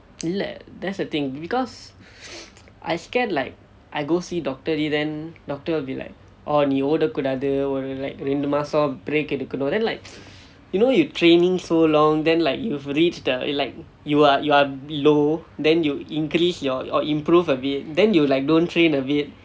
இல்லை:illai that's the thing because I scared like I go see doctor already then doctor will be like oh நீ ஓட கூடாது ஒரு:ni oda kudathu oru like இரண்டு மாதம்:irandu maatham break எடுக்கணும்:edukkanum then like you know you training so long then like you have reached the like you are you are below then you increase your or improve a bit then you don't train a bit